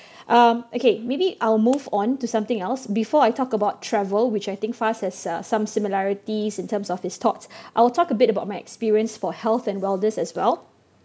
um okay maybe I'll move on to something else before I talk about travel which I think Faz has uh some similarities in terms of his thoughts I'll talk a bit about my experience for health and wellness as well